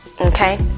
okay